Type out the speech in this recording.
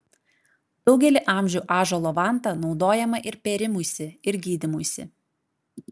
daugelį amžių ąžuolo vanta naudojama ir pėrimuisi ir gydymuisi